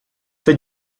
fait